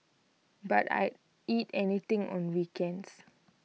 but I'd eat anything on weekends